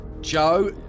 joe